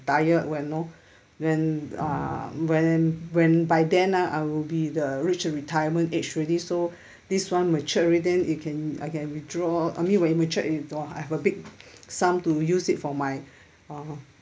retire when know when uh when when by then I will be the reach the retirement age already so this [one] mature already then it can I can withdraw I mean when it mature withdraw I have a big sum to use it for my uh